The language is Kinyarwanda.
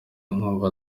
nkumva